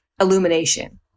illumination